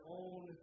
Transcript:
own